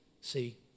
See